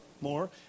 more